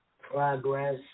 progress